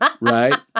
right